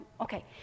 Okay